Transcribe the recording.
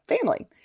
family